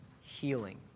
healing